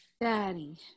Daddy